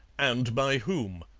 and by whom?